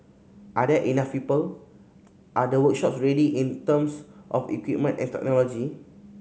are there enough people are the workshops ready in terms of equipment and technology